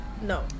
No